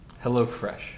HelloFresh